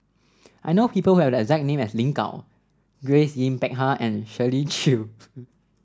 I know people who have the exact name as Lin Gao Grace Yin Peck Ha and Shirley Chew